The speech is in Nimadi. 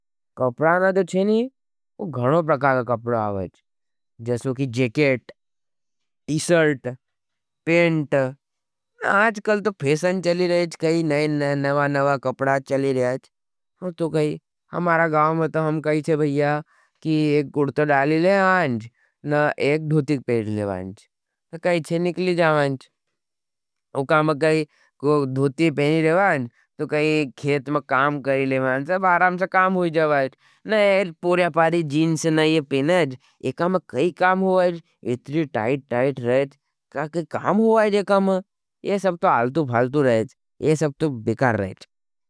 कपड़ा ना जो चेनी गणो प्रकाद कपड़ा आवेज। जैसो की जेकेट, टीसर्ट, पेंट। आजकल तो फेशन चली रहेज। कई नवा नवा कपड़ा चली रहेज। हम तो कही हमारा गाउ में तो हम कही छे भईया की एक कुर्टो डाली लेवांज। न एक धोती पेंट लेवांज। तो कही छे निकली जावांज। वो काम कही धोती पेंट लेवांज। तो कही खेत में काम करी लेवांज। सब आरामसा काम हुई जावाईज। न एक पोर्यापारी जीनस नहीं पेनाज। एक काम कही काम हुईज। इतरी टाइट टाइट रहेज। कहा के काम हुईज ये काम हुईज। ये सब तो अलतु भालतु रहेज। ये सब तो बिकार रहेज।